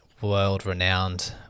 world-renowned